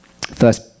first